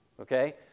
okay